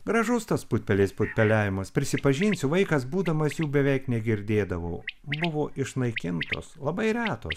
gražus tas putpelės putpeliavimas prisipažinsiu vaikas būdamas jų beveik negirdėdavau buvo išnaikintos labai retos